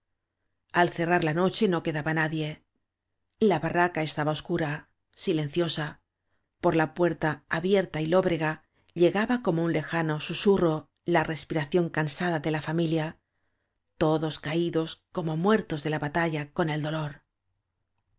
al cerrar la noche no quedaba nadie la barraca estaba obscura silenciosa por la puerta abierta y lóbrega llegaba como un lejano susurro la respiración cansada de la fa milia todos caídos como muertos ele la batalla con el dolor